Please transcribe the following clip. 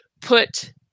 put